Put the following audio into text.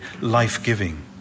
life-giving